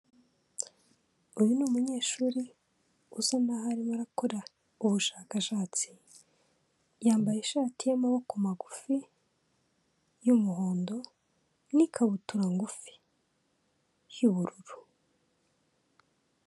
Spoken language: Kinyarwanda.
Uyu n'umunyeshuri usa naho arimo arakora ubushakashatsi, yambaye ishati y'amaboko magufi y'umuhondo n'ikabutura ngufi y'ubururu.